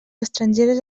estrangeres